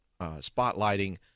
spotlighting